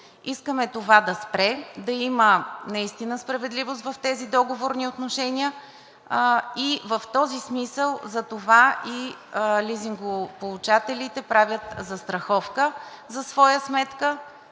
искаме това да спре, да има наистина справедливост в тези договорни отношения и в този смисъл затова и лизингополучателите правят застраховка за своя сметка,